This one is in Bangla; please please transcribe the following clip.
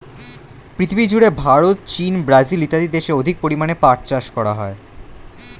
পৃথিবীজুড়ে ভারত, চীন, ব্রাজিল ইত্যাদি দেশে অধিক পরিমাণে পাট চাষ করা হয়